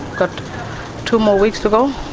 got two more weeks to go,